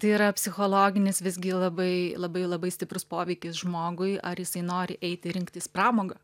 tai yra psichologinis visgi labai labai labai stiprus poveikis žmogui ar jisai nori eiti rinktis pramogą